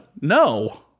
no